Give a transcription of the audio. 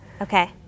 Okay